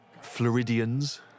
Floridians